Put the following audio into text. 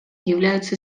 являются